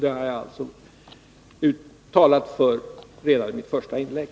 Det har jag talat om redan i mitt första inlägg.